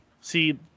see